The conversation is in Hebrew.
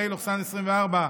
פ/2997/24,